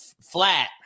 flat